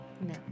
No